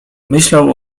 myślał